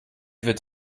wird